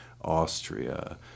austria